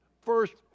First